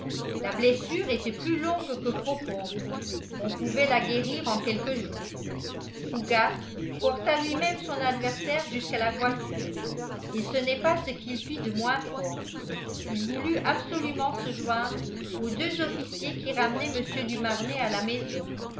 la blessure était plus longue que profonde on pouvait la guérir en quelques jours fougas porta lui-même son adversaire jusqu'à la voiture et ce n'est pas ce qu'il fit de moins fort il voulut absolument se joindre aux deux officiers qui ramenaient mr du marnet à la maison